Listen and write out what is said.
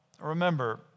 remember